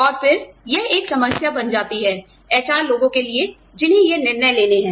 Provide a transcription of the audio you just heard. और फिर यह एक समस्या बन जाती है एचआर लोगों के लिए जिन्हें ये निर्णय लेने हैं